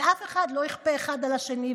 ואף אחד לא יכפה אחד על השני,